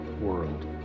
world